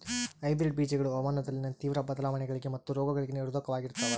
hybrid ಬೇಜಗಳು ಹವಾಮಾನದಲ್ಲಿನ ತೇವ್ರ ಬದಲಾವಣೆಗಳಿಗೆ ಮತ್ತು ರೋಗಗಳಿಗೆ ನಿರೋಧಕವಾಗಿರ್ತವ